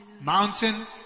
Mountain